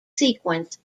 sequence